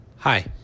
Hi